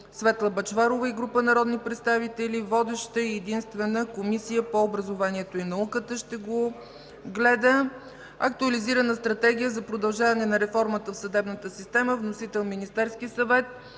Светла Бъчварова и група народни представители. Водеща – Комисия по образованието и науката. Актуализирана Стратегия за продължаване на реформата в съдебната система. Вносител – Министерският съвет.